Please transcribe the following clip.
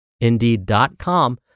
indeed.com